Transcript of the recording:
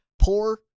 poor